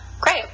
great